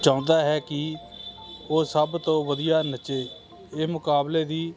ਚਾਹੁੰਦਾ ਹੈ ਕਿ ਉਹ ਸਭ ਤੋਂ ਵਧੀਆ ਨੱਚੇ ਇਹ ਮੁਕਾਬਲੇ ਦੀ